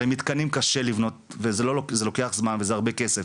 הרי מתקנים קשה לבנות, זה לוקח זמן וזה הרבה כסף.